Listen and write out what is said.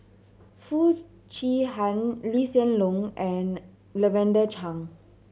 Foo Chee Han Lee Hsien Loong and Lavender Chang